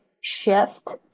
shift